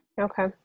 Okay